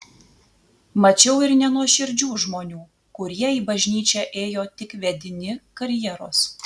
mačiau ir nenuoširdžių žmonių kurie į bažnyčią ėjo tik vedini karjeros